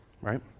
right